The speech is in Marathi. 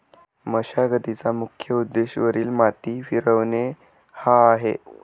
मशागतीचा मुख्य उद्देश वरील माती फिरवणे हा आहे